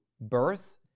birth